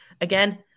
again